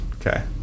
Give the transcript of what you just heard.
Okay